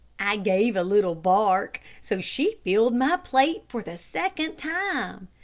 i gave a little bark, so she filled my plate for the second time.